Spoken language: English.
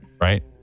Right